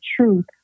truth